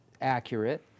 accurate